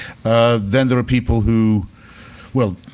then there are people who well,